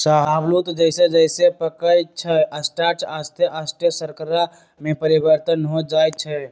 शाहबलूत जइसे जइसे पकइ छइ स्टार्च आश्ते आस्ते शर्करा में परिवर्तित हो जाइ छइ